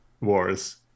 Wars